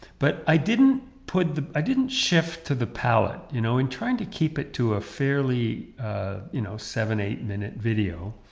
but i didn't put the, i didn't shift to the palette, you know, in trying to keep it to a fairly, ah you know seven-eight minute video,